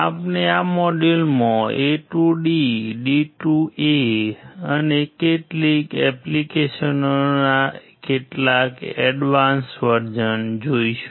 આપણે આ મોડ્યુલમાં A to D D to A અને કેટલીક એપ્લિકેશનોના કેટલાક એડવાન્સ વર્ઝન જોઈશું